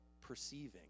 perceiving